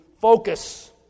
focus